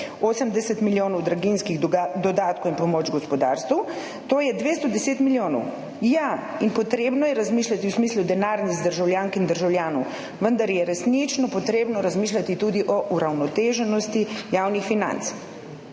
80 milijonov draginjskih dodatkov in pomoč gospodarstvu. To je 210 milijonov. Ja, potrebno je razmišljati v smislu denarnic državljank in državljanov, vendar je resnično potrebno razmišljati tudi o uravnoteženosti javnih financ.